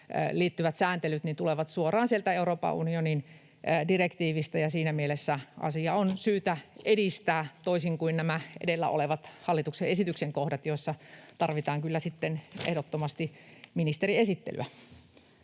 sääntelyt tulevat suoraan sieltä Euroopan unionin direktiivistä, ja siinä mielessä asiaa on syytä edistää toisin kuin näissä edellä olevissa hallituksen esityksen kohdissa, joissa tarvitaan kyllä sitten ehdottomasti ministerin esittelyä.